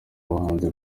bahanzi